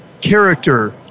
character